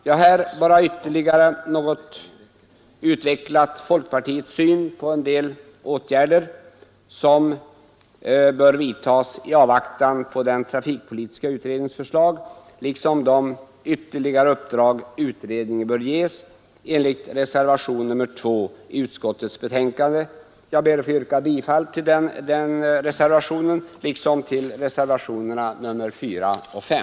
Jag har här bara ytterligare utvecklat folkpartiets syn på en del åtgärder som bör vidtas i avvaktan på den trafikpolitiska utredningens förslag liksom de ytterligare uppdrag utredningen bör ges enligt reservation nr 2 till utskottets betänkande. Jag ber att få yrka bifall till den reservationen liksom till reservationerna nr 4 och 5.